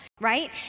right